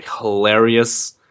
hilarious